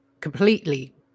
completely